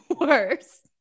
worse